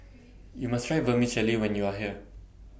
YOU must Try Vermicelli when YOU Are here